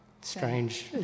Strange